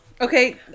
Okay